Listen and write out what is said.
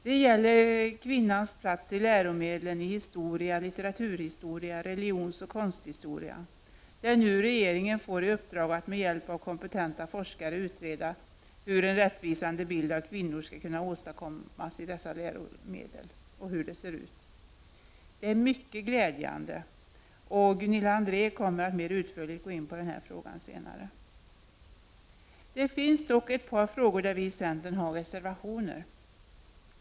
Det gäller kvinnans plats i läromedlen i historia, litteraturhistoria, religionsoch konsthistoria. Regeringen får nu i uppdrag att med hjälp av kompetenta forskare utreda hur en rättvisande bild av kvinnor skall kunna åstadkommas i dessa läromedel. Det är mycket glädjande, och Gunilla André kommer senare att mer utförligt gå in på den frågan. Det finns dock ett par frågor där vi i centern har reservationer.